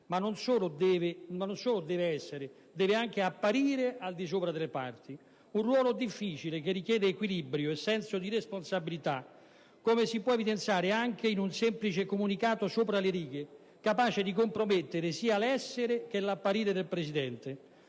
ma non solo deve essere: deve anche apparire al di sopra delle parti. Si tratta di un ruolo difficile, che richiede equilibrio e senso di responsabilità, come si può evidenziare anche in un semplice comunicato sopra le righe, capace di compromettere sia l'essere che l'apparire del Presidente,